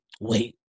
wait